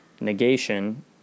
negation